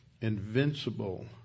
invincible